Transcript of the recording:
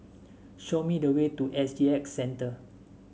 show me the way to S G X Centre